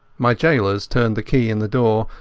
my gaolers turned the key in the door,